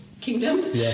kingdom